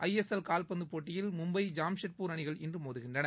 ஐ S L கால்பந்துப் போட்டியில் மும்பை ஜாம்ஷெட்பூர் அணிகள் இன்று மோதுகின்றன